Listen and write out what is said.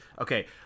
Okay